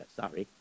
sorry